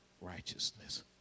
righteousness